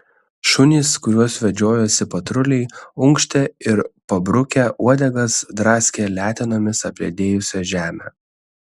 šunys kuriuos vedžiojosi patruliai unkštė ir pabrukę uodegas draskė letenomis apledėjusią žemę